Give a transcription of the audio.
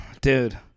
dude